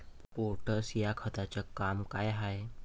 Potash या खताचं काम का हाय?